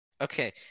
Okay